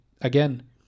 again